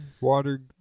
Water